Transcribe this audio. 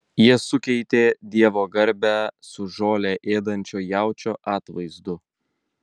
jie sukeitė dievo garbę su žolę ėdančio jaučio atvaizdu